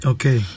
Okay